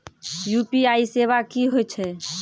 UPI सेवा की होय छै?